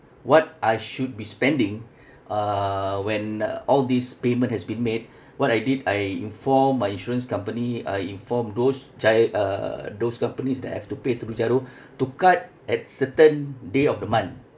what I should be spending uh when all these payment has been made what I did I inform my insurance company uh inform those gi~ uh those companies that I have to pay through GIRO to cut at certain day of the month